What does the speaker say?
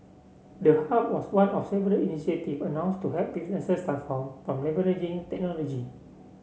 the hub was one of several initiative announced to help businesses transform by leveraging technology